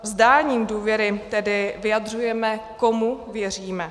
Vzdáním důvěry tedy vyjadřujeme, komu věříme.